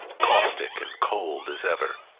caustic and cold as ever.